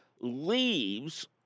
Leaves